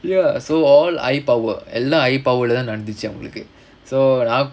ya so all eye power எல்லா:ellaa eye power lah நடந்துச்சு அவங்களுக்கு:nadanthuchu avangalukku so